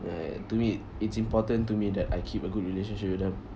uh to me it's important to me that I keep a good relationship with them